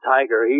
Tiger